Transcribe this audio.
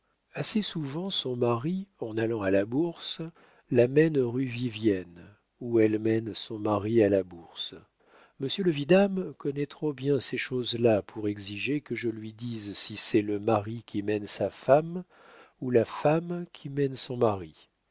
assez souvent son mari en allant à la bourse la mène rue vivienne ou elle mène son mari à la bourse monsieur le vidame connaît trop bien ces choses-là pour exiger que je lui dise si c'est le mari qui mène sa femme ou la femme qui mène son mari